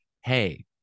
hey